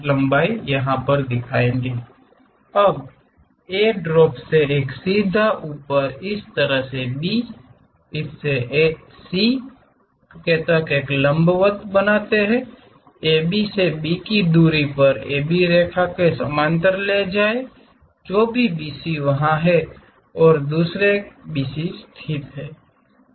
अब A drop से एक सीधा ऊपर इसी तरह B से C तक एक लंबवत को AB से B की दूरी पर AB रेखा के समांतर ले जाएं जो भी BC वहां है और दुसरे BC स्थित है